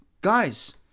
guys